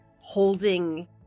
holding